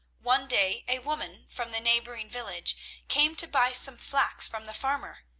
one day a woman from the neighbouring village came to buy some flax from the farmer,